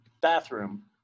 bathroom